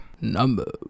number